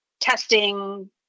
testing